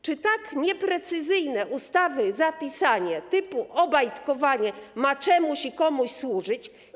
Czy tak nieprecyzyjne ustawy zapisanie, typu obajtkowanie, ma czemuś i komuś służyć?